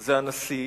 זה הנשיא,